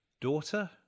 daughter